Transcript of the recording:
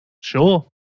Sure